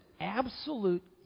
absolute